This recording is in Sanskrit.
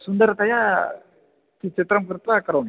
सुन्दरतया च् चित्रं कृत्वा करोमि